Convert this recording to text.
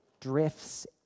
drifts